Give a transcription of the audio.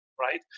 right